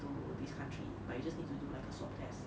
to this country but you just need to do like a swab test